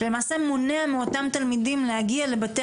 שלמעשה מונע מאותם תלמידים להגיע לבתי